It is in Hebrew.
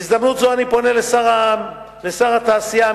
בהזדמנות זאת אני פונה לשר התעשייה,